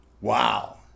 Wow